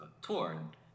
Torn